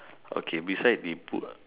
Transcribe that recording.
okay beside we put